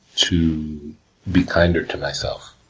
to be kinder to myself,